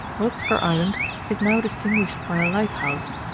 rothskar island is now distinguished by a lighthouse,